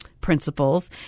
principles